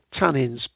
tannins